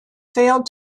failed